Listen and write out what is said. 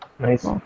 Nice